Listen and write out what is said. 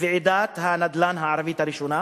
ועידת הנדל"ן הערבית הראשונה,